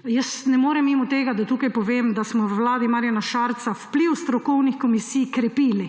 Jaz ne morem mimo tega, da tukaj povem, da smo v vladi Marjana Šarca vpliv strokovnih komisij krepili.